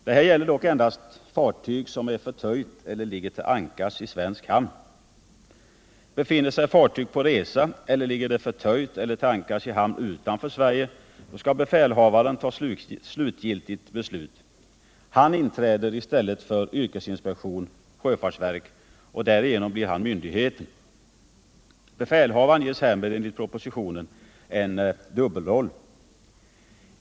Detta gäller dock endast ”fartyg som är förtöjt eller ligger till ankars i svensk hamn”. Befinner sig fartyg på resa, eller ligger det förtöjt eller till ankars utanför Sverige, skall befälhavaren ta slutgiltigt beslut. Han inträder i stället för yrkesinspektion/sjöfartsverk och blir därigenom myndigheten. Befälhavaren ges härmed enligt propositionen en dubbelroll.